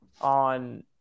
on